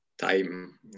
time